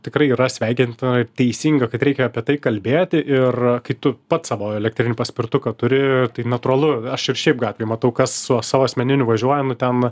tikrai yra sveikintina ir teisinga kad reikia apie tai kalbėti ir kai tu pats savo elektrinį paspirtuką turi tai natūralu aš ir šiaip gatvėj matau kas su savo asmeniniu važiuoja nu ten